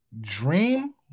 dream